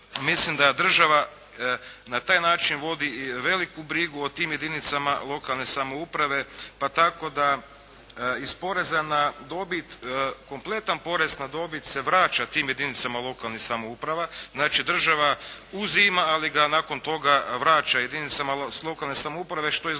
mislim da država na taj način vodi i veliku brigu o tim jedinicama lokalne samouprave, pa tako da iz poreza na dobit kompletan porez na dobit se vraća tim jedinicama lokalnih samouprava. Znači, država uzima ali ga nakon toga vraća jedinicama lokalne samouprave što